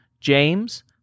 James